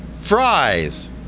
fries